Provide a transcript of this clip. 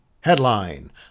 Headline